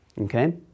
okay